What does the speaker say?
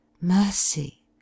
Mercy